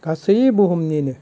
गासै बुहुमनिनो